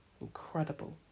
incredible